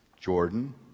Jordan